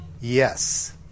yes